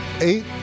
Eight